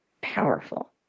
Powerful